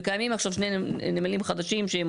וקיימים עכשיו שני נמלים חדשים שהם